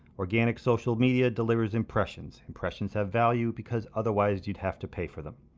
organic social media delivers impressions. impressions have value because otherwise you'd have to pay for them.